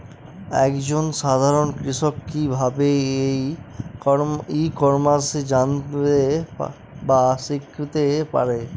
এক জন সাধারন কৃষক কি ভাবে ই কমার্সে জানতে বা শিক্ষতে পারে?